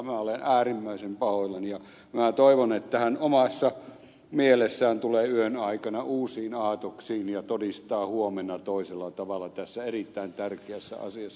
minä olen äärimmäisen pahoillani ja minä toivon että hän omassa mielessään tulee yön aikana uusiin aatoksiin ja todistaa huomenna toisella tavalla tässä erittäin tärkeässä asiassa